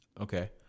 Okay